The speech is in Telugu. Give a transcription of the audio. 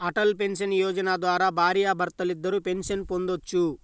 అటల్ పెన్షన్ యోజన ద్వారా భార్యాభర్తలిద్దరూ పెన్షన్ పొందొచ్చు